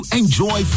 enjoy